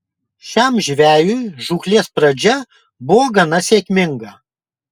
šiam žvejui žūklės pradžia buvo gana sėkminga